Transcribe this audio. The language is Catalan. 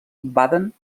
baden